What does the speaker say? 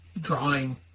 drawing